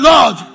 Lord